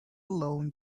alone